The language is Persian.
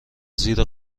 زیر